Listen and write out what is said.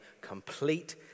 complete